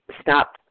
stop